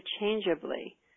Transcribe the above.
interchangeably